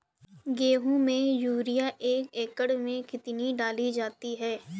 गेहूँ में यूरिया एक एकड़ में कितनी डाली जाती है?